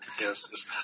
Yes